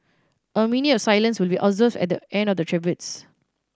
a minute of silence will be observed at the end of the tributes